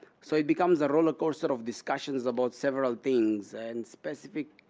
so it becomes a roller coaster of discussions about several things and specific